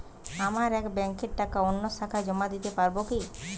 আমার এক ব্যাঙ্কের টাকা অন্য শাখায় জমা দিতে পারব কি?